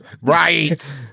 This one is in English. Right